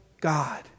God